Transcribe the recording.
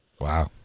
Wow